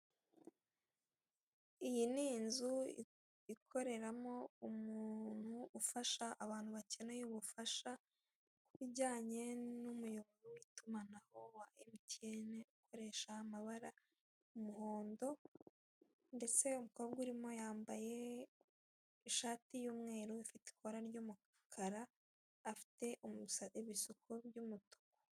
Iyi ni inzu ikoreramo umuntu ufasha abantu bakeneye ubufasha ku bijyanye n'umuyoboro w'itumanaho wa emutiyeni ukoresha amabara umuhondo ndetse umukobwa urimo yambaye ishati y'umweru ifite ikora ry'umukara afite ibisuko by'umutuku.